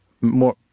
more